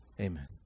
Amen